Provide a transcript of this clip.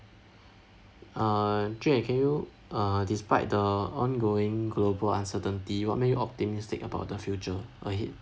uh jun wei can you uh despite the ongoing global uncertainty what make you optimistic about the future ahead